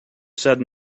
said